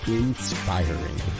inspiring